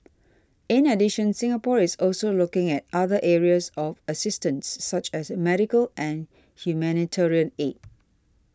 in addition Singapore is also looking at other areas of assistance such as medical and humanitarian aid